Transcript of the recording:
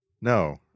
No